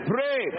Pray